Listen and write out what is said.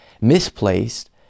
misplaced